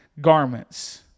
garments